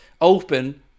open